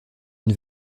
une